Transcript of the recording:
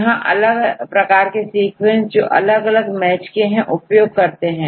यह अलग प्रकार के सीक्वेंस जो अलग अलग मैच के हैं उपयोग करते हैं